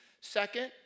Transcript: Second